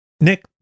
Nick